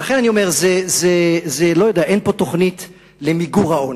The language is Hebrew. לכן, אני אומר, אין פה תוכנית למיגור העוני.